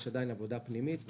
יש עדיין עבודה פנימית,